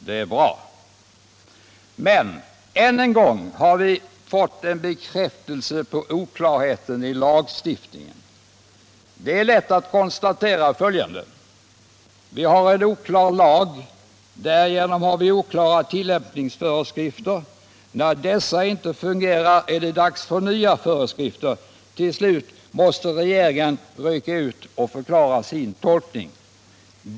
Det är bra. Men — än en gång har vi fått en bekräftelse på oklarheten i lagstiftningen. Det är lätt att konstatera följande: vi har en oklar lag. Därigenom har vi oklara tillämpningsföreskrifter. När dessa inte fungerar är det dags för nya föreskrifter. Till slut måste regeringen rycka ut och förklara sin tolkning.